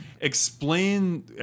explain